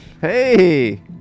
Hey